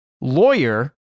lawyer